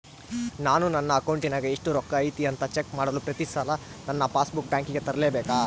ನಾನು ನನ್ನ ಅಕೌಂಟಿನಾಗ ಎಷ್ಟು ರೊಕ್ಕ ಐತಿ ಅಂತಾ ಚೆಕ್ ಮಾಡಲು ಪ್ರತಿ ಸಲ ನನ್ನ ಪಾಸ್ ಬುಕ್ ಬ್ಯಾಂಕಿಗೆ ತರಲೆಬೇಕಾ?